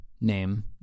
name